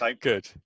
Good